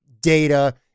data